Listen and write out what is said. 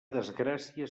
desgràcia